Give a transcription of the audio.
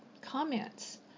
comments